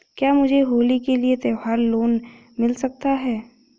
क्या मुझे होली के लिए त्यौहार लोंन मिल सकता है?